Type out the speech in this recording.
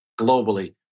globally